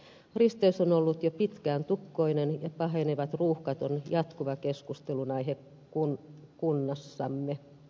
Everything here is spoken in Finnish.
risteys on ollut jo pitkään tukkoinen ja pahenevat ruuhkat ovat jatkuva keskustelunaihe kunnassamme